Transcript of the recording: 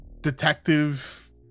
detective